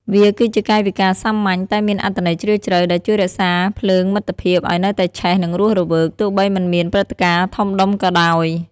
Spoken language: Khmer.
វាគឺជាកាយវិការសាមញ្ញ តែមានអត្ថន័យជ្រាលជ្រៅ ដែលជួយរក្សាភ្លើងមិត្តភាពឲ្យនៅតែឆេះ និងរស់រវើក ទោះបីមិនមានព្រឹត្តិការណ៍ធំដុំក៏ដោយ។